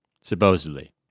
Supposedly